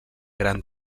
gran